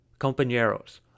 Compañeros